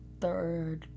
third